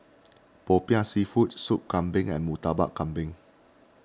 Popiah Seafood Soup Kambing and Murtabak Kambing